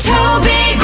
Toby